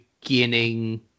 beginning